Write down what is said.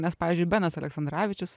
nes pavyzdžiui benas aleksandravičius